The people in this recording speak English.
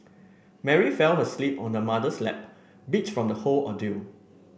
Mary fell asleep on her mother's lap beat from the whole ordeal